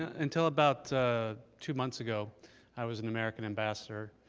until about two months ago i was an american ambassador.